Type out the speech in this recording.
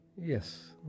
Yes